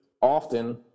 often